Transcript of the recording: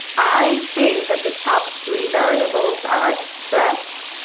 i think that the top three variables are stress,